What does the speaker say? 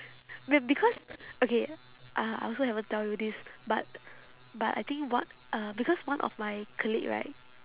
m~ because okay uh I also haven't tell you this but but I think o~ uh because one of my colleague right